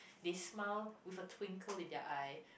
they smile with a twinkle in their eye